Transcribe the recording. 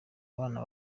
abana